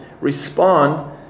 respond